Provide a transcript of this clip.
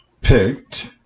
picked